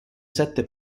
sette